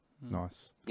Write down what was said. nice